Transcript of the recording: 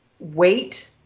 wait